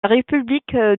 république